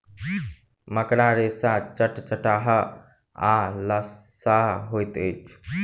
मकड़ा रेशा चटचटाह आ लसाह होइत अछि